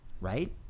right